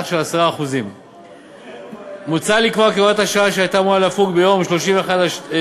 10%. מוצע לקבוע כי הוראת השעה שהייתה אמורה לפוג ביום 31 בדצמבר